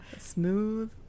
Smooth